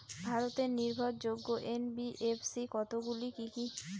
ভারতের নির্ভরযোগ্য এন.বি.এফ.সি কতগুলি কি কি?